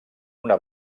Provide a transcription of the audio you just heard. una